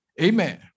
Amen